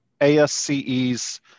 ASCE's